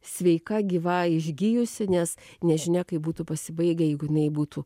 sveika gyva išgijusi nes nežinia kaip būtų pasibaigę jeigu jinai būtų